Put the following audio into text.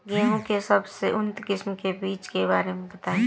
गेहूँ के सबसे उन्नत किस्म के बिज के बारे में बताई?